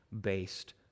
based